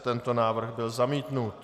Tento návrh byl zamítnut.